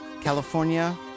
California